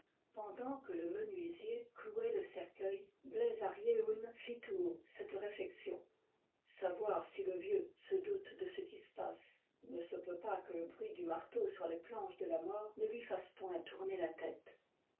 pendant que le menuisier clouait le cercueil bleiz ar yeun fit tout haut cette réflexion savoir si le vieux b se doute de ce qui se passe il ne se peut pas que le bruit du marteau sur les planches de la mort ne lui fasse point tourner la tête